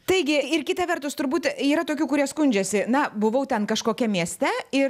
taigi ir kita vertus turbūt yra tokių kurie skundžiasi na buvau ten kažkokiam mieste ir